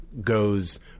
goes